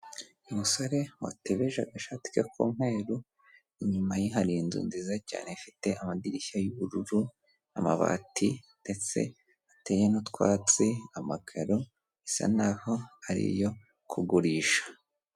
Umusore watebeje agashati ke k'umweru inyuma ye hari inzu nziza cyane ifite amadirishya y'ubururu n'amabati ndetse hateye n'utwatsi, amakaro bisa naho ari iyo kugurisha.